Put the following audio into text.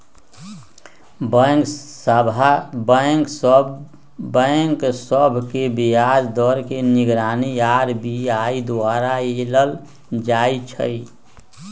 bank सभ के ब्याज दर के निगरानी आर.बी.आई द्वारा कएल जाइ छइ